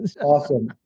Awesome